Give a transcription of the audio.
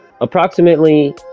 approximately